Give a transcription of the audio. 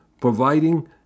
providing